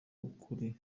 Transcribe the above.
ukuri